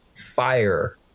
fire